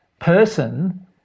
person